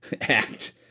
act